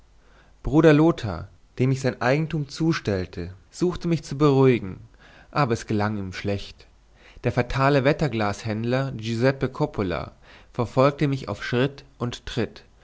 bruder lothar dem ich sein eigentum zustellte suchte mich zu beruhigen aber es gelang ihm schlecht der fatale wetterglashändler giuseppe coppola verfolgte mich auf schritt und tritt